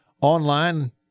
online